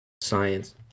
Science